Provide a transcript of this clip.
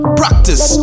practice